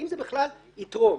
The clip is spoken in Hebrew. אם זה בכלל יתרום.